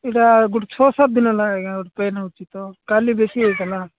ଏଇଟା ଗୋଟେ ଛଅ ସାତଦିନ ହେଲା ଆଜ୍ଞା ପେନ୍ ହେଉଛି ତ କାଲି ବେଶୀ ହୋଇଥିଲା